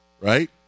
right